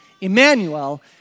Emmanuel